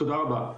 תודה רבה.